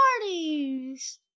parties